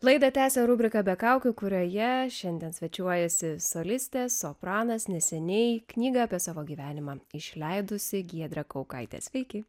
laida tęsia rubriką be kaukių kurioje šiandien svečiuojasi solistė sopranas neseniai knygą apie savo gyvenimą išleidusi giedrę kaukaitę sveiki